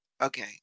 okay